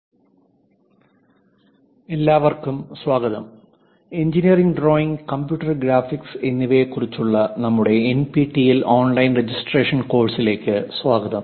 പ്രഭാഷണം 01 എഞ്ചിനീയറിംഗ് ഡ്രോയിംഗിന്റെ ആമുഖം എല്ലാവർക്കും സ്വാഗതം എഞ്ചിനീയറിംഗ് ഡ്രോയിംഗ് കമ്പ്യൂട്ടർ ഗ്രാഫിക്സ് എന്നിവയെക്കുറിച്ചുള്ള ഞങ്ങളുടെ എൻപിടിഇഎൽ ഓൺലൈൻ രജിസ്ട്രേഷൻ കോഴ്സിലേക്ക് സ്വാഗതം